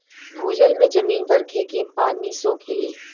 भूजल में जमीन बरखे के पानी सोखेले